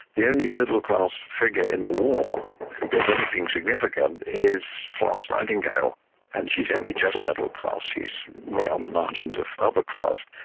the only middle class figure in the war who does anything significant is florence nightingale and she's only just middle class, she's right on the margins of upper class.